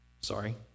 sorry